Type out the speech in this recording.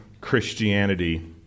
Christianity